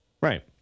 Right